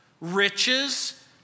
riches